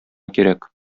кирәк